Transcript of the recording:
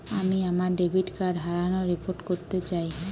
আমি আমার debit card হারানোর রিপোর্ট করতে চাই